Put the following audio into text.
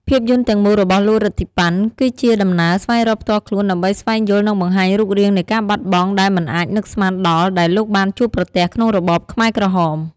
ភាពយន្តទាំងមូលរបស់លោក រិទ្ធី ប៉ាន់ គឺជាដំណើរស្វែងរកផ្ទាល់ខ្លួន ដើម្បីស្វែងយល់ និងបង្ហាញរូបរាងនៃការបាត់បង់ដែលមិនអាចនឹកស្មានដល់ដែលលោកបានជួបប្រទះក្នុងរបបខ្មែរក្រហម។